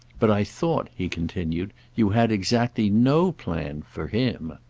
but i thought, he continued, you had exactly no plan for him.